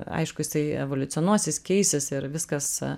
aišku jisai evoliucionuosis keisis ir viskas